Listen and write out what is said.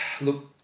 look